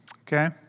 Okay